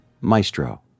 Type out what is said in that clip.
Maestro